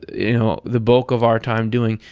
you know, the bulk of our time doing,